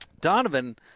Donovan